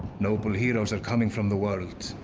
noble heroes are coming from the world,